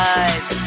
eyes